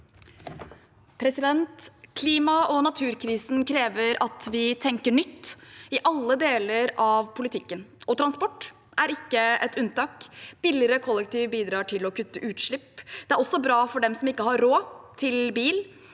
Klima- og naturkrisen krever at vi tenker nytt i alle deler av politikken, og transport er ikke et unntak. Billigere kollektiv bidrar til å kutte utslipp. Det er også bra for dem som ikke har råd til bil,